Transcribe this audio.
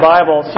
Bible